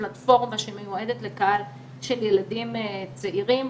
פלטפורמה שמיועדת לקהל של ילדים צעירים.